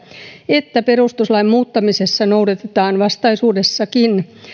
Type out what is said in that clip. että perustuslain muuttamisessa noudatetaan vastaisuudessakin